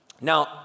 Now